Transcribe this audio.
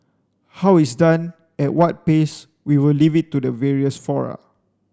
how it's done at what pace we will leave it to the various fora